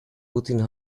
putting